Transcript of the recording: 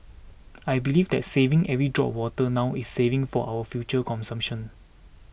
I believe that saving every drop of water now is saving for our future consumption